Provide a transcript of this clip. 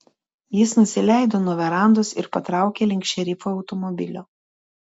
jis nusileido nuo verandos ir patraukė link šerifo automobilio